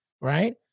right